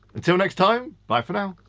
until next time. bye for now.